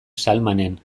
salmanen